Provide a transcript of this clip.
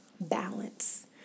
balance